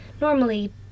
normally